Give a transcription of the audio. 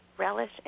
Relish